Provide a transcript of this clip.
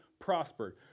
prospered